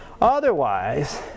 Otherwise